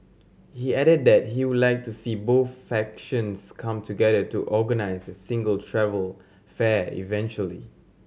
he added that he would like to see both factions come together to organise a single travel fair eventually